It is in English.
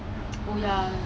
oh